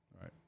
Right